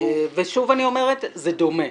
ואני אומרת שזה דומה.